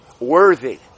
worthy